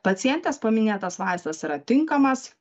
pacientės paminėtas vaistas yra tinkamas